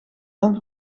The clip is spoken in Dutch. dan